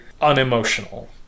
unemotional